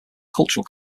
cultural